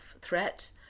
threat